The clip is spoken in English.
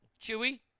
Chewy